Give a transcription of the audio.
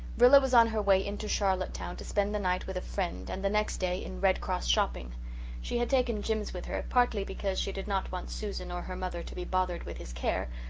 rilla was on her way into charlottetown to spend the night with a friend and the next day in red cross shopping she had taken jims with her, partly because she did not want susan or her mother to be bothered with his care,